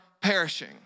perishing